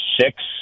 six